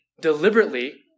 deliberately